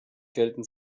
gelten